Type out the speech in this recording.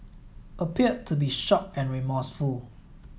appeared to be shocked and remorseful